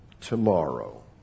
tomorrow